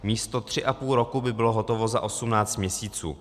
Místo tři a půl roku by bylo hotovo za 18 měsíců.